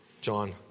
John